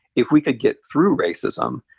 if we could get through racism,